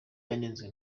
yanenzwe